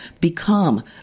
become